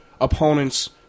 opponent's